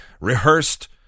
rehearsed